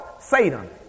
Satan